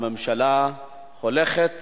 והממשלה הולכת וחוזרת,